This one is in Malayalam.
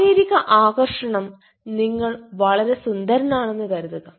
ശാരീരിക ആകർഷണം നിങ്ങൾ വളരെ സുന്ദരനാണെന്ന് കരുതുക